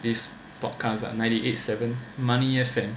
this podcast on ninety eight seven money F_M